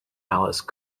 alice